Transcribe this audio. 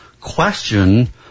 question